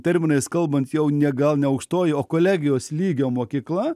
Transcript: terminais kalbant jau ne gal ne aukštoji o kolegijos lygio mokykla